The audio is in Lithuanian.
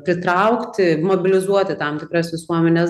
pritraukti mobilizuoti tam tikras visuomenės